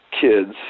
Kids